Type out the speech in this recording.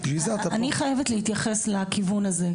אני חייבת להתייחס לכיוון הזה,